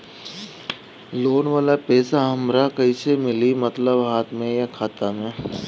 Loan वाला पैसा हमरा कइसे मिली मतलब हाथ में या खाता में?